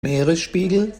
meeresspiegel